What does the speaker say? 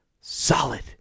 solid